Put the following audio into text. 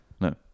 no